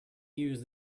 use